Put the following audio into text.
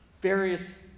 various